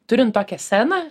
turint tokią seną